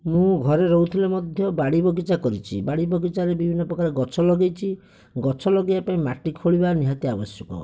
ମୁଁ ଘରେ ରହୁଥିଲେ ମଧ୍ୟ ବାଡ଼ିବଗିଚା କରିଛି ବାଡ଼ି ବଗିଚାରେ ବିଭିନ୍ନ ପ୍ରକାର ଗଛ ଲଗେଇଛି ଗଛ ଲଗେଇବା ପାଇଁ ମାଟି ଖୋଳିବା ନିହାତି ଆବଶ୍ୟକ